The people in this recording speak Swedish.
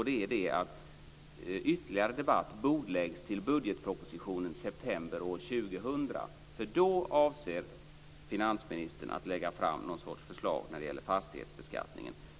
Det är det att ytterligare debatt bordläggs till budgetpropositionen i september år 2000. Då avser finansministern att lägga fram någon sorts förslag när det gäller fastighetsbeskattningen.